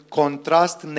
contrast